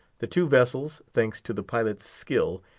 the two vessels, thanks to the pilot's skill,